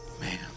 Man